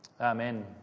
Amen